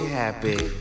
happy